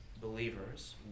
believers